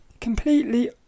completely